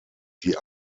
die